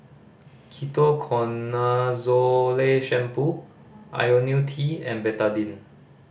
Ketoconazole Shampoo Ionil T and Betadine